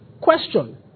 Question